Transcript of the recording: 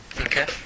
Okay